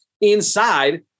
inside